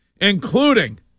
including